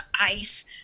ice